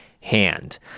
hand